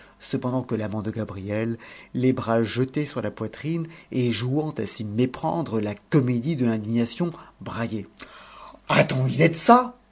cependant que l'amant de gabrielle les bras jetés sur la poitrine et jouant à s'y méprendre la comédie de l'indignation braillait a-t-on idée de ça